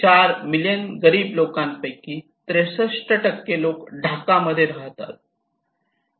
4 million गरीब लोकांपैकी 63 लोक ढाका मध्ये राहतात